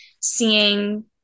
seeing